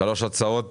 שלוש הצעות